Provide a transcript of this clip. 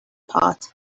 pot